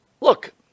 look